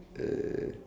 uh